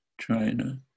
China